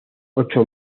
ocho